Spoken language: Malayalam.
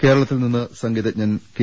കേരളത്തിൽ നിന്ന് സംഗീതജ്ഞൻ കെ